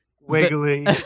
Wiggly